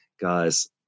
guys